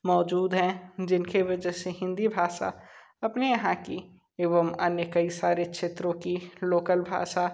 मौजूद हैं जिनके वजह से हिंदी भाषा अपने यहाँ की एवं अन्य कई सारे क्षेत्रों की लोकल भाषा